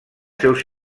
seus